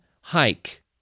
hike